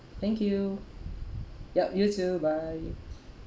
thank you yup you too bye